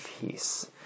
peace